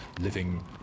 living